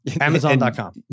amazon.com